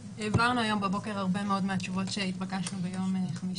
העברנו הבוקר הרבה מן התשובות בנושאים שנתבקשנו לענות עליהם ביום חמישי.